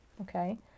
okay